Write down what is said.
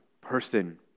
person